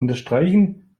unterstreichen